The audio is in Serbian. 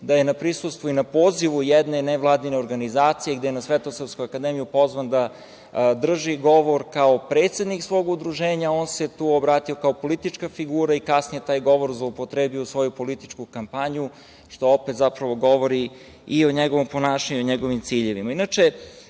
da se na prisustvu i na pozivu jedne nevladine organizacije gde je na Svetosavsku akademiju pozvan da drži govor kao predsednik svog udruženja, on se tu obratio kao politička figura i kasnije taj govor zloupotrebio u svoju političku kampanju, što opet zapravo govori i o njegovom ponašanju i o njegovim ciljevima. Inače,